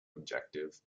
objective